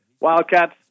Wildcats